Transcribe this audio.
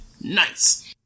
Nice